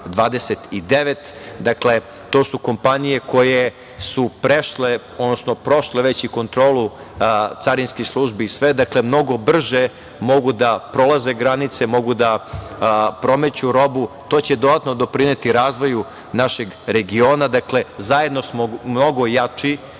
29.Dakle, to su kompanije koje su prešle, odnosno prošle već i kontrolu carinskih službi i sve, dakle, mnogo brže mogu da prolaze granice, mogu da promeću robu. To će dodatno doprineti razvoju našeg regiona, zajedno smo mnogo